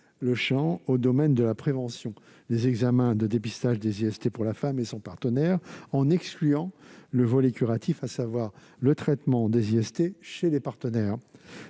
le champ au domaine de la prévention- les examens de dépistage des IST pour la femme et son partenaire -, en excluant le volet curatif, à savoir le traitement des IST chez les partenaires.